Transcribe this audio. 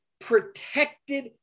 protected